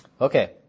Okay